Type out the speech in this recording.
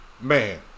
Man